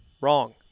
Wrong